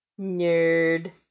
nerd